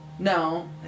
No